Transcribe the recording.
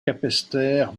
capesterre